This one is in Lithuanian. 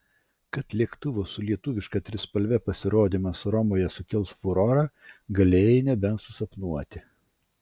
kad lėktuvo su lietuviška trispalve pasirodymas romoje sukels furorą galėjai nebent susapnuoti